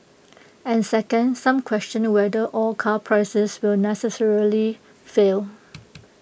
and second some question whether all car prices will necessarily fail